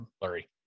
blurry